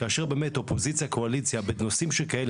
כאשר אופוזיציה-קואליציה בנושאים שכאלה